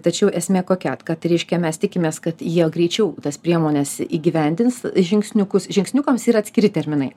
tačiau esmė kokia kad reiškia mes tikimės kad jie greičiau tas priemones įgyvendins žingsniukus žingsniukams yra atskiri terminai